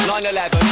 9-11